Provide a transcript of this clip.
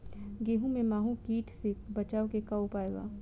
गेहूँ में माहुं किट से बचाव के का उपाय बा?